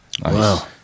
Wow